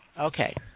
Okay